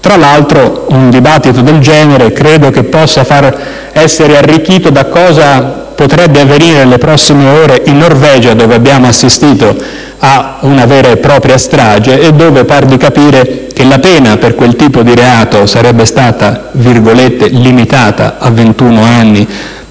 Tra l'altro, un dibattito del genere credo che possa essere arricchito da quanto potrebbe avvenire nelle prossime ore in Norvegia, dove abbiamo assistito ad una vera e propria strage e dove par di capire che la pena per quel tipo di reato sarebbe stata "limitata" a 21 anni